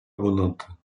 abondante